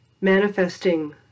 manifesting